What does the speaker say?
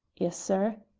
yes, sir?